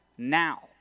Now